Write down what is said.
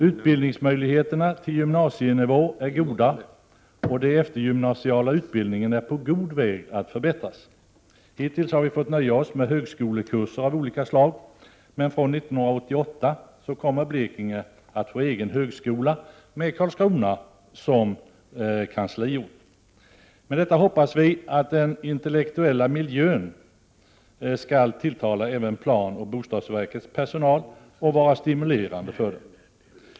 Utbildningsmöjligheterna upp till gymnasienivå är goda, och den eftergymnasiala utbildningen är på god väg att förbättras. Hittills har vi fått nöja oss med högskolekurser av olika slag, men från 1988 kommer Blekinge att få en egen högskola, med Karlskrona som kansliort. Med detta hoppas vi att den ”intellektuella miljön” skall tilltala även planoch bostadsverkets personal och vara stimulerande för den.